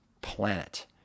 planet